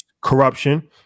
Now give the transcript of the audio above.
Corruption